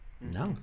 No